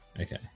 Okay